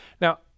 Now